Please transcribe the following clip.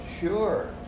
sure